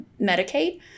Medicaid